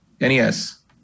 NES